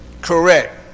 Correct